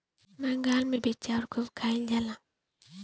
बंगाल मे भी चाउर खूब खाइल जाला